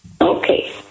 Okay